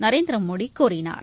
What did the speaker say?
நரேந்திரமோடி கூறினார்